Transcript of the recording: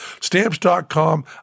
Stamps.com